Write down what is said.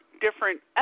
different